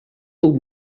puc